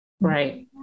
Right